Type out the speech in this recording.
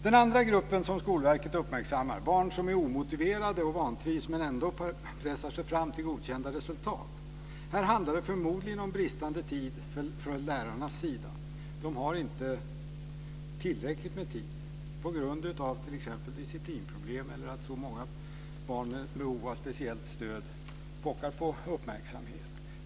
Den andra gruppen som Skolverket uppmärksammar är barn som är omotiverade och vantrivs men ändå pressar sig fram till godkända resultat. Här handlar det förmodligen om bristande tid från lärarnas sida. De har inte tillräckligt med tid på grund av t.ex. disciplinproblem eller att så många barn med behov av speciellt stöd pockar på uppmärksamhet.